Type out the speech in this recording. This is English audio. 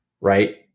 right